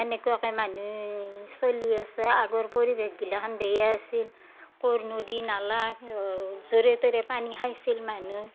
সেনেকুৱাকে মানহুই চলি আছে আগৰ পৰিৱেশগিলাখান বেয়াই আছিল ক'ৰ নদী নালা য'ৰে ত'ৰে পানী খাইছিল মানহুই